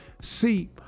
See